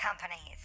companies